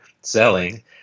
selling